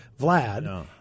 Vlad